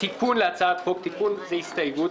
תיקון להצעת החוק ותיקון זה הסתייגות,